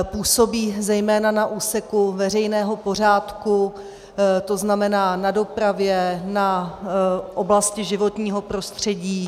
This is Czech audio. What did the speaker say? Působí zejména na úseku veřejného pořádku, to znamená na dopravě, na oblasti životního prostředí.